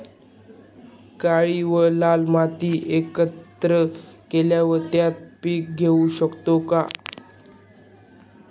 काळी व लाल माती एकत्र केल्यावर त्यात पीक घेऊ शकतो का?